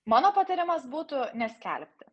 mano patarimas būtų neskelbti